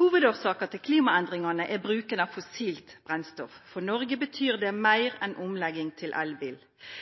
Hovudårsaka til klimaendringane er bruken av fossilt brennstoff. For Noreg betyr det meir enn omlegging til elbil.